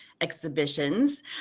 exhibitions